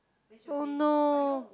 oh no